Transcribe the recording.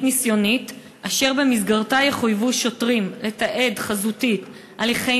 ניסיונית אשר במסגרתה יחויבו שוטרים לתעד חזותית הליכי